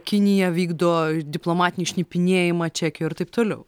kinija vykdo diplomatinį šnipinėjimą čekijoj ir taip toliau